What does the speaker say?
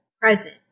present